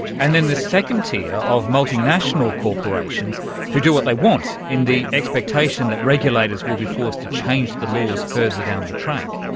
and then the second tier of multinational corporations who do what they want in the expectation that regulators will be forced to change the laws further down the track.